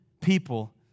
people